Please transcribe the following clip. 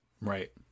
right